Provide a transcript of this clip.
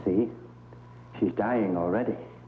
see he's dying already